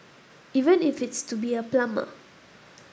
even if it's to be a plumber